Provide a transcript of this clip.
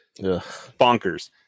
bonkers